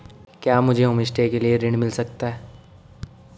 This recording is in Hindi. क्या मुझे होमस्टे के लिए ऋण मिल सकता है?